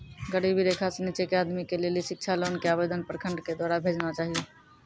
गरीबी रेखा से नीचे के आदमी के लेली शिक्षा लोन के आवेदन प्रखंड के द्वारा भेजना चाहियौ?